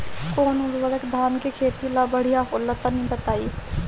कौन उर्वरक धान के खेती ला बढ़िया होला तनी बताई?